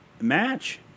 match